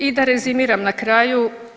I da rezimiram na kraju.